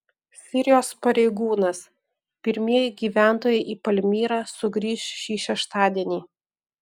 sirijos pareigūnas pirmieji gyventojai į palmyrą sugrįš šį šeštadienį